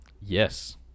Yes